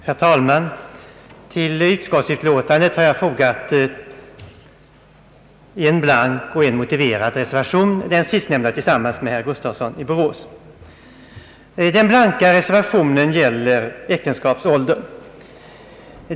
Herr talman! Till detta utskottsutlåtande har jag fogat en blank och en motiverad reservation, den sistnämnda tillsammans med herr Gustafsson i Borås. Den blanka reservationen gäller äktenskapsåldern.